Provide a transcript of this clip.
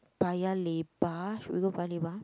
Paya-Lebar should we go Paya-Lebar